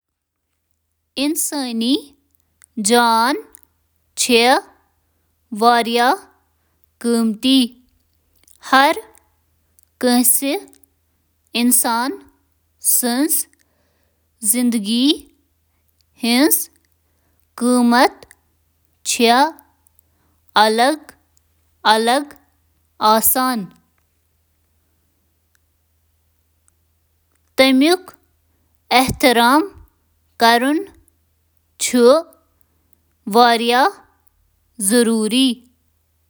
پرتھ زندگی چِھ قدر آسان۔ پریتھ کانٛہہ یُس زانٛہہ زندٕ چُھ روزمُت چُھ معٲشرس منٛز کنہہ تعاون کوٚرمت، چاہے کوتہٕ تہٕ بھڑ یا لۄکُٹ آسہٕ۔ ایمانداری، دیانت، محبت، تہٕ خوشی چِھ کینٛہہ ٲخری اقدار یا منزلچ اقدار یمن سۭتۍ انسان حٲصل کرُن، عمل کرُن تہٕ زندٕ روزُن چُھ یژھان۔